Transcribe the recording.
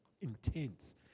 intense